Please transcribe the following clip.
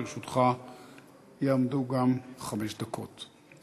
גם לרשותך יעמדו חמש דקות.